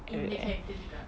in the character juga